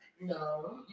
No